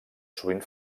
sovint